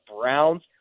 Browns